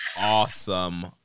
awesome